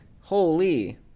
holy